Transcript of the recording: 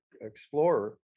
Explorer*